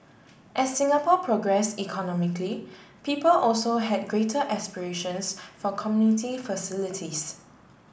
as Singapore progress economically people also had greater aspirations for community facilities